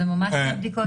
זה שתי בדיקות שונות.